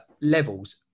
levels